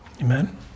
Amen